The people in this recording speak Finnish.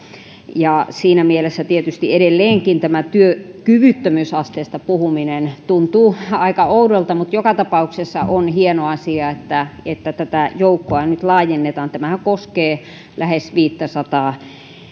ja siinä mielessä tietysti edelleenkin tämä työkyvyttömyysasteesta puhuminen tuntuu aika oudolta mutta joka tapauksessa on hieno asia että että tätä joukkoa nyt laajennetaan tämähän koskee lähes viittäsataa